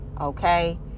okay